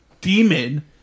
demon